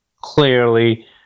clearly